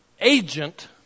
agent